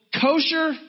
kosher